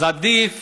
אז עדיף